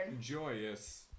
Joyous